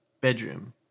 bedroom